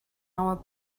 our